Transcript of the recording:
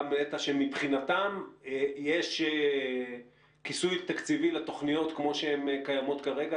גם נת"ע שמבחינתם יש כיסוי תקציבי לתוכניות כמו שהן קיימות כרגע.